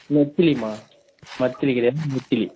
நெத்திலி அம்மா மத்திலி கிடையாது நெத்திலி